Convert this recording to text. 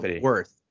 worth